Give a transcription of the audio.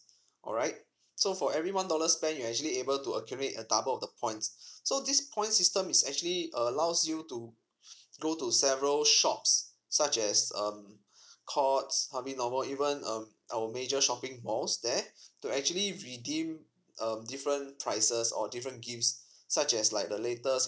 alright so for every one dollars spent you're actually able to accumulate uh double of the points so this point system is actually allows you to go to several shops such as um courts harvey norman even um our major shopping malls there to actually redeem um different prices or different gifts such as like the latest